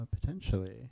Potentially